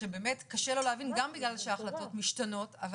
שבאמת קשה לו להבין גם בגלל שההחלטות משתנות אבל